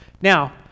Now